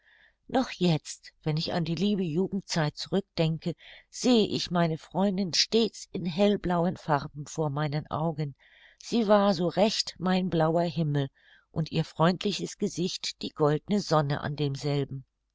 noch jetzt wenn ich an die liebe jugendzeit zurück denke sehe ich meine freundin stets in hellblauen farben vor meinen augen sie war so recht mein blauer himmel und ihr freundliches gesicht die goldne sonne an demselben